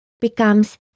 Becomes